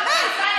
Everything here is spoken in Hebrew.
באמת.